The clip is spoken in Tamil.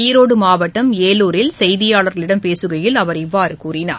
ஈரோடு மாவட்டம் ஏலாரில் செய்தியாளர்களிடம் பேசுகையில் அவர் இவ்வாறு கூறினார்